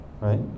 right